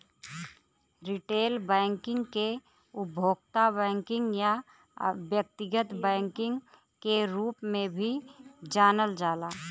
retail banking के उपभोक्ता banking या व्यक्तिगत बैंकिंग के रूप में भी जानल जाला